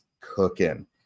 cooking